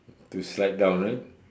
to slide down right